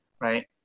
right